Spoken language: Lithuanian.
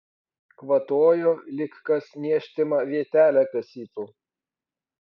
kvatojo lyg kas niežtimą vietelę kasytų